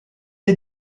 est